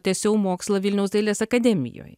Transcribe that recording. tęsiau mokslą vilniaus dailės akademijoj